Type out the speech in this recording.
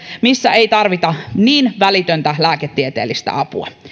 missä ei tarvita niin välitöntä lääketieteellistä apua